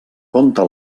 conta